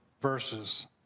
verses